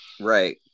Right